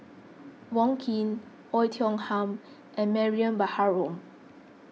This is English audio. Wong Keen Oei Tiong Ham and Mariam Baharom